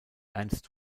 ernst